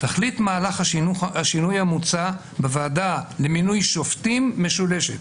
תכלית מהלך השינוי המוצע בוועדה למינוי שופטים משולשת: